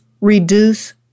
Reduce